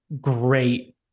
great